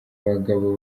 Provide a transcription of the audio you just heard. bagabo